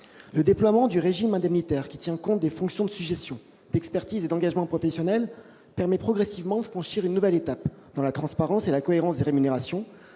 Le déploiement du régime indemnitaire, qui tient compte des fonctions, des sujétions, de l'expertise et de l'engagement professionnel, permet progressivement de franchir une nouvelle étape dans la transparence et la cohérence des rémunérations.